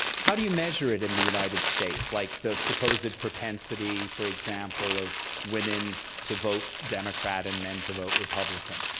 how do you measure it in the united states, like the supposed propensity, for example, of women to vote democrat and men to vote republican.